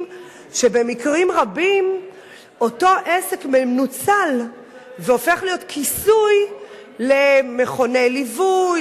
שבמקרים רבים אותו עסק מנוצל והופך להיות כיסוי למכוני ליווי,